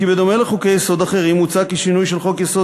כי בדומה לחוקי-יסוד אחרים מוצע כי שינוי של חוק-יסוד